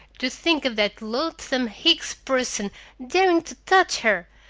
to think of that loathsome hicks person daring to touch her!